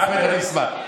אחמד אולי ישמח.